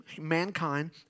mankind